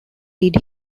did